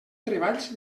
treballs